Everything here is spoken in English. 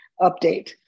update